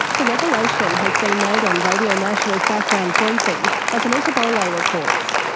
the revelation has been made on radio national's background briefing, as anita but like reports.